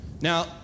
Now